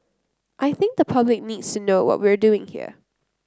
I think the public needs to know what we're doing here